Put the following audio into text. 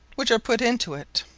which are put into it.